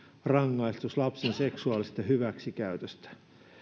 rangaistus lapsen seksuaalisesta hyväksikäytöstä